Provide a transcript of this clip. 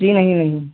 जी नहीं नहीं